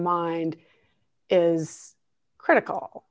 mind is critical